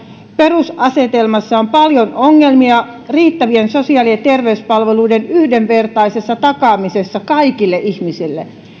perusasetelmassa on paljon ongelmia riittävien sosiaali ja terveyspalveluiden yhdenvertaisessa takaamisessa kaikille ihmisille ja